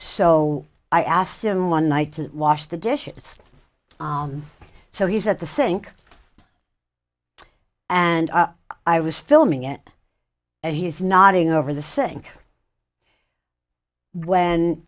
so i asked him one night to wash the dishes so he's at the sink and i was filming it and he's nodding over the sink when